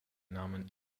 namen